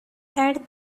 add